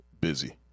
busy